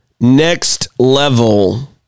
next-level